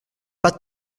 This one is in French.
pas